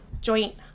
joint